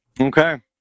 Okay